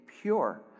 pure